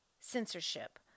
Censorship